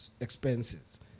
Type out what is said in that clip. expenses